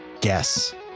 Guess